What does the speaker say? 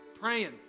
praying